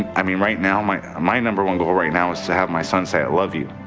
i mean, right now, my my number one goal right now is to have my son say i love you.